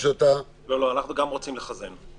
לא לא, גם אנחנו רוצים לחזן.